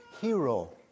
hero